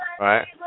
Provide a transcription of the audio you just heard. right